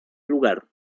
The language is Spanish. lugar